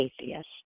atheist